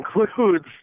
includes